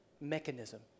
mechanism